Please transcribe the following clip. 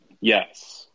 Yes